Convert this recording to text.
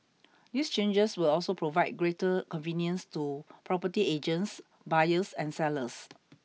these changes will also provide greater convenience to property agents buyers and sellers